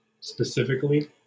Specifically